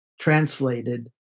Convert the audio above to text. translated